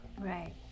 Right